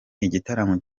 igitaramo